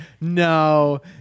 no